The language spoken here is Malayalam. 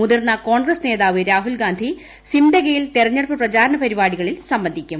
മുതിർന്ന കോൺഗ്രസ് നേതാവ് രാഹുൽ ഗാന്ധി സിംദെഗയിൽ തെരഞ്ഞെടുപ്പ് പ്രചാരണ പരിപാടികളിൽ സംബന്ധിക്കും